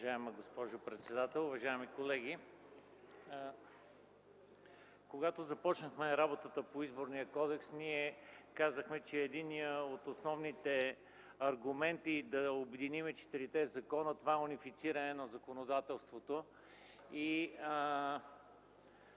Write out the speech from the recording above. Уважаема госпожо председател, уважаеми колеги! Когато започнахме работата по Изборния кодекс, ние казахме, че единият от основните аргументи е да обединим четирите закона. Това е унифициране на законодателството.